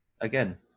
again